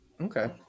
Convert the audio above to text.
okay